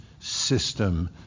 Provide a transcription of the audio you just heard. System